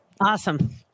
Awesome